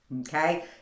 okay